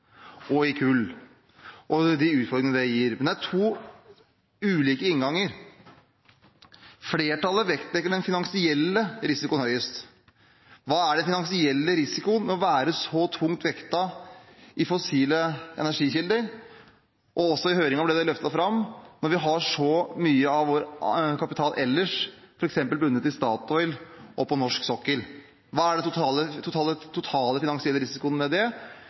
og i kull og de utfordringene det gir. Men det er to ulike innganger. Flertallet vektlegger den finansielle risikoen høyest. Hva er den finansielle risikoen ved å være så tungt vektet i fossile energikilder? Også i høringen ble det løftet fram at når vi har så mye av vår kapital ellers f.eks. bundet i Statoil og på norsk sokkel, hva er den totale finansielle risikoen ved det?